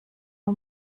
uhr